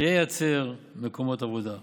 וייצר מקומות עבודה.